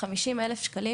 כ-50,000 שקלים,